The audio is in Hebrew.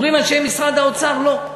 אומרים אנשי משרד האוצר: לא,